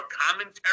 commentary